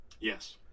Yes